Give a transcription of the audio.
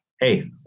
Hey